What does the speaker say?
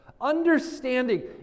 Understanding